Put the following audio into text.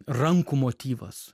rankų motyvas